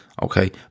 okay